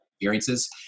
experiences